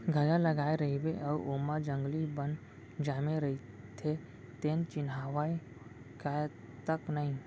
गाजर लगाए रइबे अउ ओमा जंगली बन जामे रइथे तेन चिन्हावय तक नई